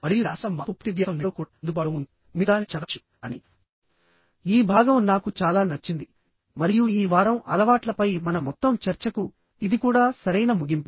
మరియు శాశ్వత మార్పు పూర్తి వ్యాసం నెట్లో కూడా అందుబాటులో ఉంది మీరు దానిని చదవవచ్చు కానీ ఈ భాగం నాకు చాలా నచ్చింది మరియు ఈ వారం అలవాట్లపై మన మొత్తం చర్చకు ఇది కూడా సరైన ముగింపు